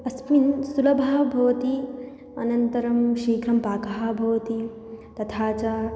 अस्मिन् सुलभः भवति अनन्तरं शीघ्रं पाकः भवति तथा च